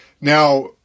Now